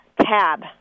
tab